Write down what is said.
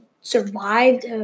survived